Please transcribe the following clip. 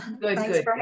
Good